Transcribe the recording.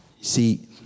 See